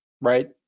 right